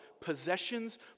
possessions